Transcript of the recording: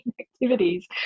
activities